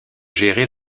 gérer